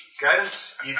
Guidance